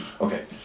Okay